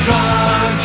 Run